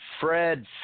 Fred